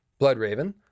Bloodraven